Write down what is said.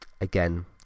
again